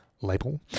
label